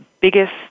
biggest